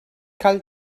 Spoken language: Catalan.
cal